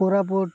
Koraput